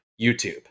YouTube